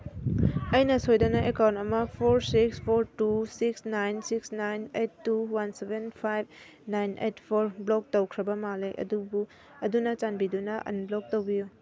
ꯑꯩꯅ ꯁꯣꯏꯗꯅ ꯑꯦꯀꯥꯎꯟ ꯑꯃ four six four two six nine six nine eight two one seven five nine eight four block ꯇꯧꯈ꯭ꯔꯕ ꯃꯥꯜꯂꯦ ꯑꯗꯨꯕꯨ ꯑꯗꯨꯅ ꯆꯥꯟꯕꯤꯗꯨꯅ ꯑꯟꯕ꯭ꯂꯣꯛ ꯇꯧꯕꯤꯌꯨ